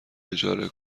اجاره